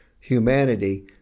humanity